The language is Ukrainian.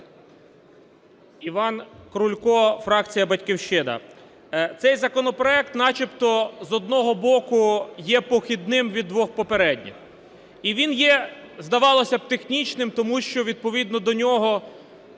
Іван Крулько, фракція "Батьківщина". Цей законопроект начебто з одного боку є похідним від двох попередніх, і він є, здавалося би, технічним, тому що відповідно до нього